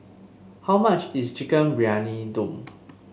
how much is Chicken Briyani Dum